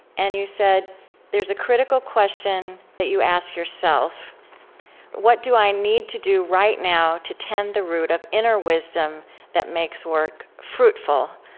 and you said there's a critical question that you asked yourself what what do i need to do right now to tend the root of inner wisdom that makes work fruitful?